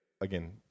Again